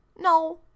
No